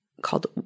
called